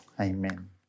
Amen